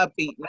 upbeat